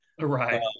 Right